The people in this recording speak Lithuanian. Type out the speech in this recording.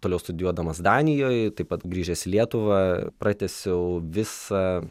toliau studijuodamas danijoj taip pat grįžęs į lietuvą pratęsiau visa